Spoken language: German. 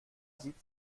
sieht